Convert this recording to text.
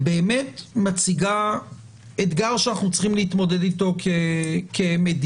באמת מציגה אתגר שאנחנו צריכים להתמודד איתו כמדינה,